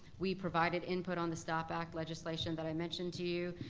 we provided input on the stop act legislation that i mentioned to you.